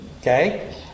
Okay